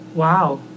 Wow